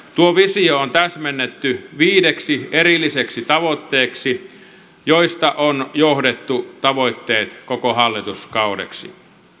tuo visio on täsmennetty viideksi erilliseksi tavoitteeksi joista on johdettu tavoitteet koko hallituskaudeksi